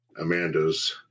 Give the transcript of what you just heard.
Amanda's